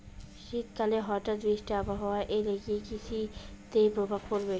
শীত কালে হঠাৎ বৃষ্টি আবহাওয়া এলে কি কৃষি তে প্রভাব পড়বে?